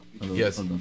Yes